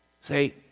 Say